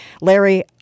Larry